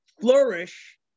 flourish